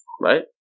Right